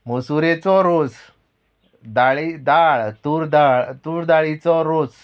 मसुरेचो रोस दाळी दाळ तूर दाळ तूर दाळीचो रोस